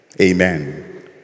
Amen